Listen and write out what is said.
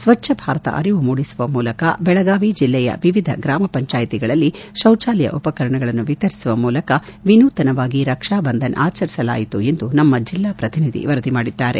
ಸಚ್ಲ ಭಾರತ ಅರಿವು ಮೂಡಿಸುವ ಮೂಲಕ ಬೆಳಗಾವಿ ಜಿಲ್ಲೆಯ ವಿವಿಧ ಗ್ರಾಮ ಪಂಚಾಯಿತಿಗಳಲ್ಲಿ ಶೌಚಾಲಯ ಉಪಕರಣಗಳನ್ನು ವಿತರಿಸುವ ಮೂಲಕ ವಿನೂತನವಾಗಿ ರಕ್ಷಾ ಬಂಧನ್ ಆಚರಿಸಲಾಯಿತು ಎಂದು ನಮ್ನ ಜಿಲ್ಲಾ ಪ್ರತಿನಿಧಿ ವರದಿ ಮಾಡಿದ್ದಾರೆ